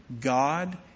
God